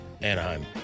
Anaheim